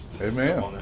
Amen